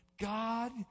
God